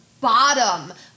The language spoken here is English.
bottom